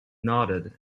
nodded